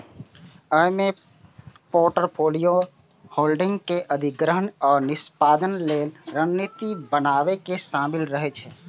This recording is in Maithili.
अय मे पोर्टफोलियो होल्डिंग के अधिग्रहण आ निष्पादन लेल रणनीति बनाएब शामिल रहे छै